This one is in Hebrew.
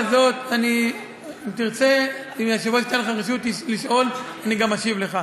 אם היושב-ראש ייתן לך רשות לשאול, אני גם אשיב לך.